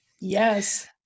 Yes